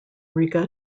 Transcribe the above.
riga